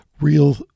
real